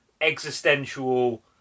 existential